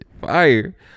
fire